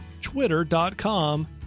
twitter.com